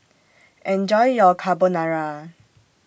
Enjoy your Carbonara